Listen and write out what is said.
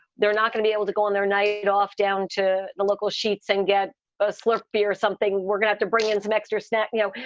they're not going to be able to go on their night off, down to the local sheets and get a slurpee or something. we're going to bring in some extra snack. you know,